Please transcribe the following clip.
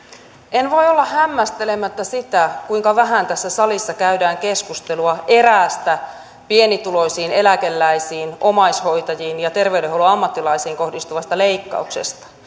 en voi olla hämmästelemättä sitä kuinka vähän tässä salissa käydään keskustelua eräästä pienituloisiin eläkeläisiin omaishoitajiin ja terveydenhuollon ammattilaisiin kohdistuvasta leikkauksesta